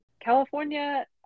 California